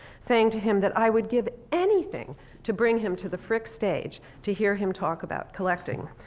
saying to him that i would give anything to bring him to the frick stage to hear him talk about collecting.